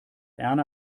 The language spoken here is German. erna